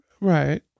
right